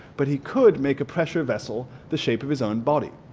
but he could make a pressure vessel the shape of his own body.